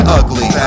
ugly